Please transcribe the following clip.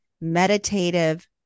meditative